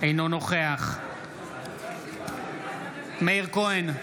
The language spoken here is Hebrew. אינו נוכח מאיר כהן,